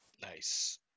Nice